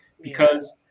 because-